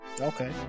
Okay